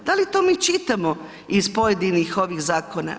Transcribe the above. Da li mi to čitamo iz pojedinih ovih zakona?